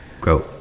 Go